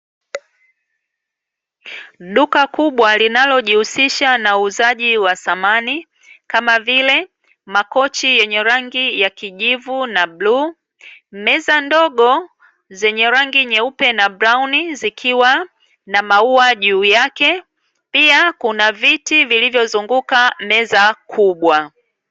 Duka kubwa linalojihususha na uuzaji wa samani kama vile: makochi yenye rangi ya kijivu na bluu, meza ndogo zenye rangi nyeupe na brauni zikiwa na maua juu yake pia kuna viti vilivyozunguka meza kubwa.